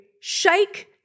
shake